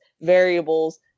variables